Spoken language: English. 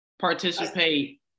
participate